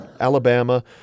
Alabama